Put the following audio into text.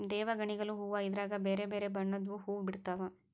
ದೇವಗಣಿಗಲು ಹೂವ್ವ ಇದ್ರಗ ಬೆರೆ ಬೆರೆ ಬಣ್ಣದ್ವು ಹುವ್ವ ಬಿಡ್ತವಾ